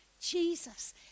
Jesus